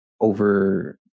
over